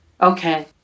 Okay